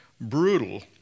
brutal